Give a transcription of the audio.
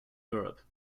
europe